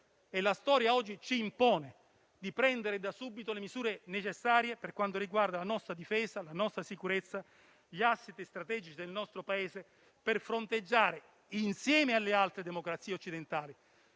la storia oggi ci impone di prendere da subito le misure necessarie per quanto riguarda la nostra difesa, la nostra sicurezza e gli *asset* strategici del nostro Paese per fronteggiare, insieme alle altre democrazie occidentali,